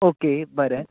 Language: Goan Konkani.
ऑके बरें